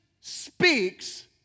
speaks